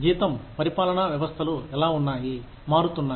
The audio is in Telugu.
జీతం పరిపాలనా వ్యవస్థలు ఎలా ఉన్నాయి మారుతున్నాయి